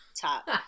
top